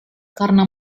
karena